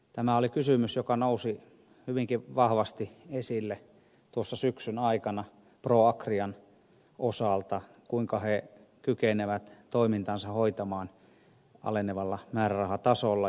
tämä oli kysymys joka nousi hyvinkin vahvasti esille tuossa syksyn aikana proagrian osalta kuinka he kykenevät toimintansa hoitamaan alenevalla määrärahatasolla